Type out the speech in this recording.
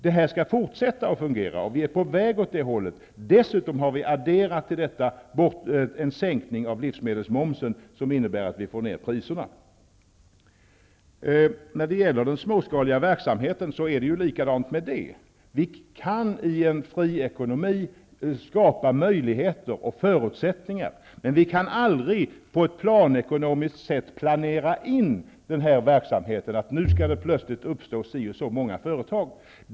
Det skall också fortsätta att fungera, och vi är på väg åt det hållet. Dessutom har vi till detta adderat en sänkning av livsmedelsmomsen som innebär att vi får ned priserna. Det är likadant med den småskaliga verksamheten. Vi kan i en fri ekonomi skapa möjligheter och förutsättningar men vi kan aldrig på ett planekonomiskt sätt reglera denna verksamhet så, att det nu plötsligt skall uppstå ett visst antal företag.